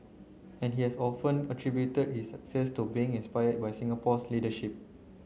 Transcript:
and he has often attributed its success to being inspired by Singapore's leadership